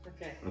Okay